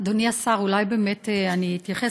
אדוני השר, אולי באמת אתייחס.